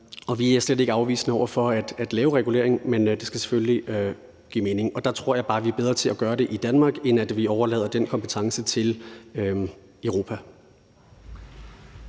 vi er slet ikke afvisende over for at lave regulering, men det skal selvfølgelig give mening, og der tror jeg bare, at vi er bedre til at gøre det i Danmark i forhold til at overlade den kompetence til Europa.